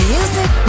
Music